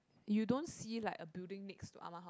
you don't see like a building next to Ah-Ma house